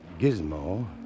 gizmo